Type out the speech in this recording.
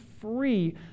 free